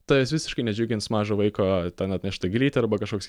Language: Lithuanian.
tavęs visiškai nedžiugins mažo vaiko ten atnešta gėlytė arba kažkoks